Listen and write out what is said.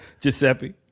Giuseppe